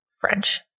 French